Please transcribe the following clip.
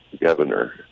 governor